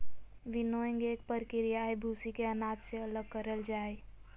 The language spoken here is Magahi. विनोइंग एक प्रक्रिया हई, भूसी के अनाज से अलग करल जा हई